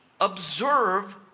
observe